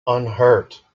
unhurt